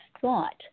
thought